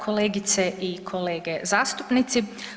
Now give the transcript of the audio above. Kolegice i kolege zastupnici.